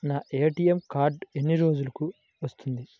నా ATM card ఎన్ని రోజులకు వస్తుంది?